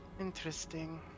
interesting